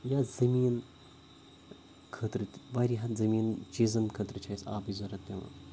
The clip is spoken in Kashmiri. یا زٔمیٖن خٲطرٕ واریاہَن زٔمیٖن چیٖزَن خٲطرٕ چھِ اَسہِ آبٕچ ضوٚرَتھ پٮ۪وان